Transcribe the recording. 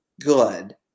good